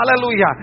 Hallelujah